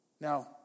Now